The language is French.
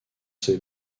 ses